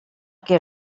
què